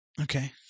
Okay